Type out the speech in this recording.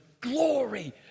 glory